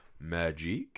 magic